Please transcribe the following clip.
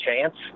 Chance